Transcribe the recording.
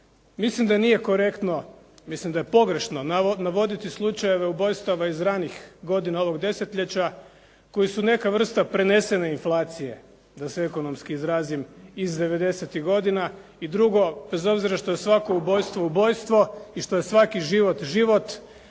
Mislim da nije korektno, mislim da je pogrešno navoditi slučajeve ubojstava iz ranijih godina ovog desetljeća koji su neka vrsta prenesene inflacije da se ekonomski izrazim iz 90-tih godina. I drugo, bez obzira što je svako ubojstvo ubojstvo i što je svaki život život,